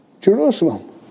Jerusalem